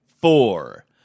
four